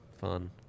fun